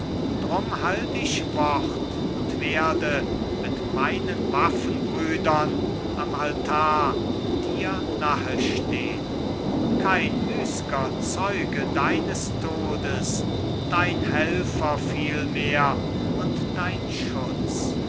drum halt ich wort und werde mit meinen waffenbrüdern am altar dir nahe stehn kein müß'ger zeuge deines todes dein helfer vielmehr und dein schutz